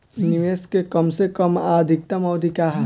निवेश के कम से कम आ अधिकतम अवधि का है?